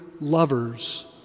lovers